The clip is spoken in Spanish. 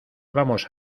vamos